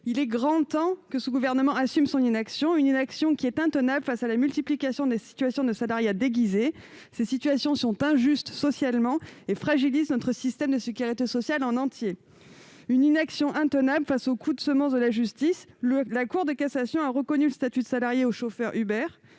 Il est grand temps que ce gouvernement assume son inaction, qui est intenable face à la multiplication des situations de salariat déguisé. Cet état de fait est injuste socialement et fragilise notre système de sécurité sociale en entier. Cette inaction est également intenable face aux coups de semonce de la justice. La Cour de cassation a reconnu le statut de salarié aux chauffeurs Uber